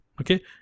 okay